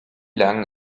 lang